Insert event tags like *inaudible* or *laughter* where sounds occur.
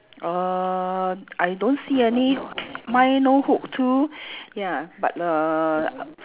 err I don't see any *noise* mine no hook too ya but err